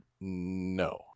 No